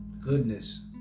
goodness